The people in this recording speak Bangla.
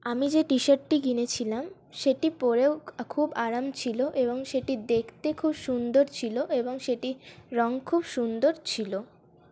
আমি যে টি শার্টটি কিনেছিলাম সেটি পরেও খুব আরাম ছিল এবং সেটি দেখতে খুব সুন্দর ছিল এবং সেটি রং খুব সুন্দর ছিল